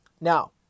Now